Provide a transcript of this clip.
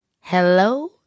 Hello